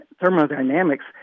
thermodynamics